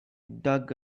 dug